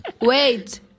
Wait